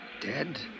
dead